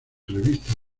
revistas